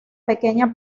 pequeña